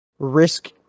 Risk